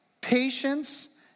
patience